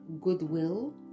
goodwill